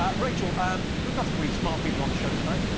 ah rachel, um we've got some pretty smart people on the show tonight.